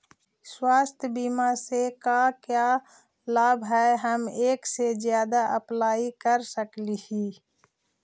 स्वास्थ्य बीमा से का क्या लाभ है हम एक से जादा अप्लाई कर सकली ही?